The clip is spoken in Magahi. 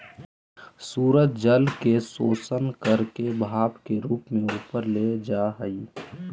सूरज जल के शोषण करके भाप के रूप में ऊपर ले जा हई